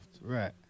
Right